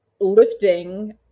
lifting